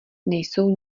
nejsou